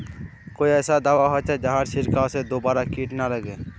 कोई ऐसा दवा होचे जहार छीरकाओ से दोबारा किट ना लगे?